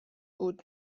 بود